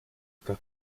car